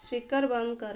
speaker ବନ୍ଦ କର